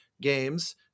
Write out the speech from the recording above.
games